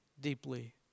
deeply